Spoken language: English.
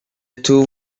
too